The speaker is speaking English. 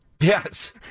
Yes